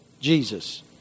Jesus